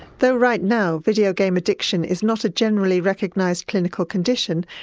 though right now video game addiction is not a generally recognised clinical condition,